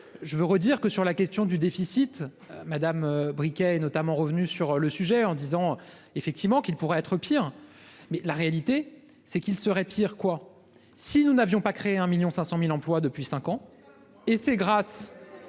Je veux redire que sur la question du déficit Madame Briquet est notamment revenu sur le sujet en disant effectivement qu'il pourrait être pire. Mais la réalité c'est qu'il serait pire quoi. Si nous n'avions pas créer 1.500.000 emplois depuis 5 ans et c'est grâce.